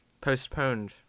postponed